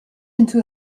into